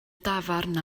dafarn